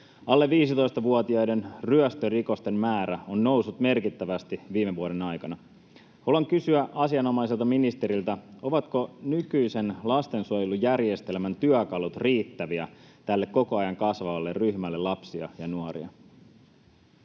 Alle 15-vuotiaiden ryöstörikosten määrä on noussut merkittävästi viime vuoden aikana. Haluan kysyä asianomaiselta ministeriltä: ovatko nykyisen lastensuojelujärjestelmän työkalut riittäviä tälle koko ajan kasvavalle ryhmälle lapsia ja nuoria?